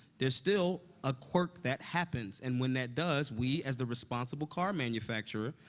there's still a quirk that happens, and when that does, we, as the responsible car manufacturer,